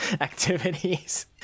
activities